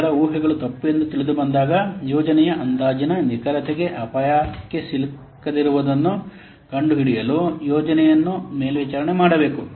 ನಂತರ ಊಹೆಗಳು ತಪ್ಪು ಎಂದು ತಿಳಿದುಬಂದಾಗ ಯೋಜನೆಯ ಅಂದಾಜಿನ ನಿಖರತೆಗೆ ಅಪಾಯಕ್ಕೆ ಸಿಕ್ಕಿಸುವುದನ್ನು ಕಂಡುಹಿಡಿಯಲು ಯೋಜನೆಯನ್ನು ಮೇಲ್ವಿಚಾರಣೆ ಮಾಡಬೇಕು